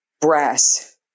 brass